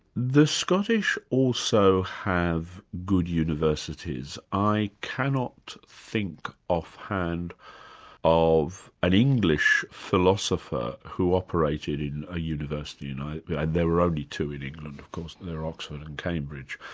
the scottish also have good universities. i cannot think offhand of an english philosopher who operated in a university, and you know there were only two in england of course, they're oxford and cambridge.